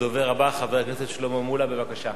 הדובר הבא, חבר הכנסת שלמה מולה, בבקשה,